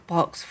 Box